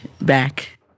back